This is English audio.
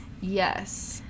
yes